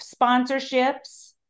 sponsorships